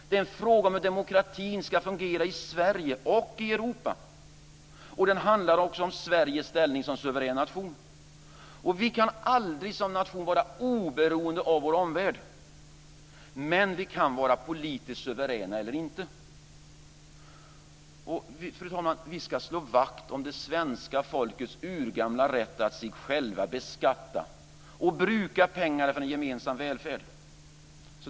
Det är en fråga om hur demokratin ska fungera i Sverige och i Europa, och den handlar också om Sveriges ställning som suverän nation. Vi kan som nation aldrig vara oberoende av vår omvärld, men vi kan vara politiskt suveräna eller inte. Fru talman! Vi ska slå vakt om det svenska folkets urgamla rätt att sig beskatta och bruka pengarna för en gemensam välfärd.